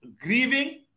grieving